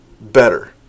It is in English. better